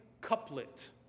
couplet